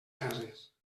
cases